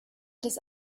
des